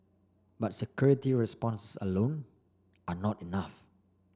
but security response alone are not enough